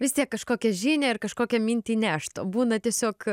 vis tiek kažkokią žinią ir kažkokią mintį nešt o būna tiesiog